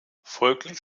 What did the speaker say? folglich